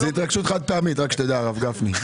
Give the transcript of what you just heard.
נכון, זאת התרגשות חד-פעמית, רק שתדע, הרב גפני.